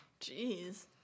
Jeez